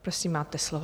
Prosím, máte slovo.